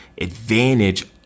advantage